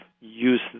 use